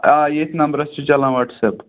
آ ییٚتھۍ نَمبرَس چھُ چَلان وٹٕسیپ